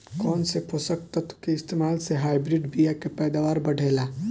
कौन से पोषक तत्व के इस्तेमाल से हाइब्रिड बीया के पैदावार बढ़ेला?